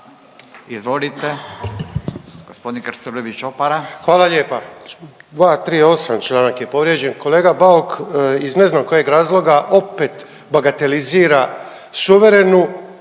**Krstulović Opara, Andro (HDZ)** Hvala lijepa. 238. članak je povrijeđen. Kolega Bauk iz ne znam kojeg razloga opet bagatelizira suverenu